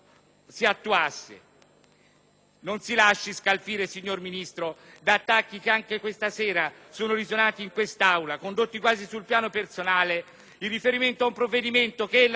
Non si lasci scalfire, signor Ministro, da attacchi che anche questa sera sono risuonati in quest'Aula, condotti quasi sul piano personale, in riferimento ad un provvedimento che ella responsabilmente ha preso,